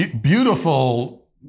beautiful